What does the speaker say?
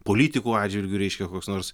politikų atžvilgiu reiškia koks nors